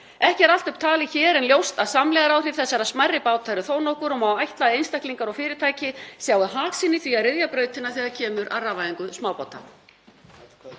Ekki er allt upp talið hér en ljóst að samlegðaráhrif þessara smærri báta eru þó nokkur og má ætla að einstaklingar og fyrirtæki sjái hag sinn í því að ryðja brautina þegar kemur að rafvæðingu smábáta.